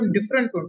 different